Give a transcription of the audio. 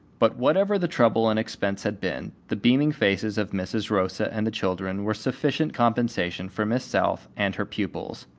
but whatever the trouble and expense had been, the beaming faces of mrs. rosa and the children were sufficient compensation for miss south and her pupils.